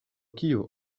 kio